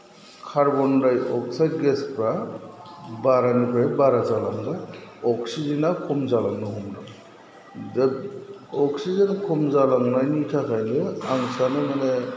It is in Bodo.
कार्बनडाइ अक्साइड गेसफ्रा बारानिफ्राय बारा जालांबाय अक्सिजेनआ खम जालांनो हमदों दा अक्सिजेन खम जालांनायनि थाखायनो आं सोननो माने